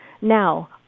Now